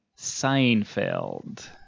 Seinfeld